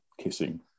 kissing